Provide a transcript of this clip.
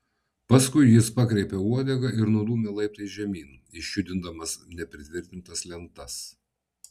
paskui jis pakreipė uodegą ir nudūmė laiptais žemyn išjudindamas nepritvirtintas lentas